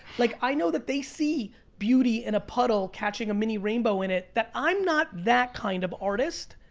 like i know that they see beauty in a puddle catching a mini rainbow in it. that i'm not that kind of artist.